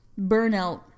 burnout